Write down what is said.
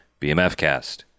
bmfcast